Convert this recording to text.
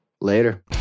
Later